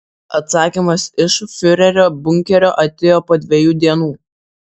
atsakymas iš fiurerio bunkerio atėjo po dviejų dienų